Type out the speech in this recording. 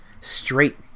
straight